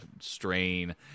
strain